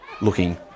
Looking